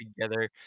together